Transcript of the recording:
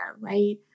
right